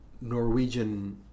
Norwegian